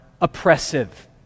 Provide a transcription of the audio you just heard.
oppressive